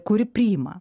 kuri priima